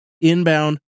inbound